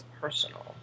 personal